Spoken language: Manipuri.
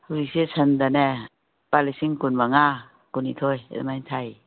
ꯍꯧꯖꯤꯛꯁꯦ ꯁꯟꯗꯅꯦ ꯂꯨꯄꯥ ꯂꯤꯁꯤꯡ ꯀꯨꯟ ꯃꯉꯥ ꯀꯨꯟꯅꯤꯊꯣꯏ ꯑꯗꯨꯃꯥꯏꯅ ꯊꯥꯏꯌꯦ